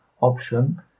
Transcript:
option